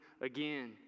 again